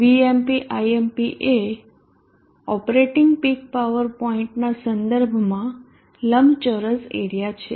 Vmp Impએ operating peak power પોઈન્ટના સંદર્ભમાં લંબચોરસ એરીયા છે